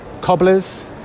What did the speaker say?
cobblers